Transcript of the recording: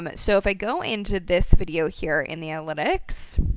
um so if i go into this video here in the analytics,